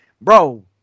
bro